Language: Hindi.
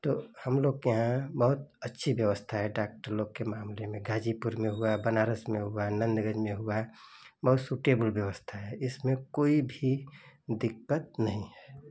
तो हमलोग के यहाँ बहुत अच्छी व्यवस्था है डॉक्टर लोग के मामले में गाज़ीपुर में हुआ बनारस में हुआ नन्दगंज में हुआ बहुत सुटेबल व्यवस्था है इसमें कोई भी दिक्कत नहीं है